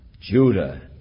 Judah